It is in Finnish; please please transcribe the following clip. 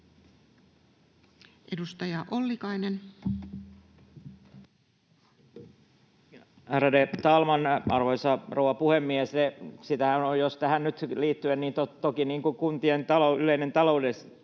Edustaja Ollikainen. Ärade talman, arvoisa rouva puhemies! Tähän liittyy toki kuntien yleinen taloudellinen